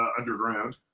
underground